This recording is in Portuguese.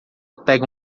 pega